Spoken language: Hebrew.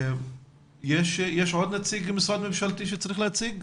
יש עוד נציג משרד ממשלתי שצריך להציג?